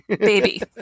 Baby